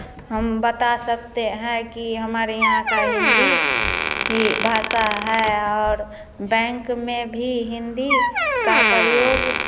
हम बता सकते हैं कि हमारे यहाँ का हिंदी भाषा है और बैंक में भी हिंदी का प्रयोग